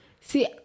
See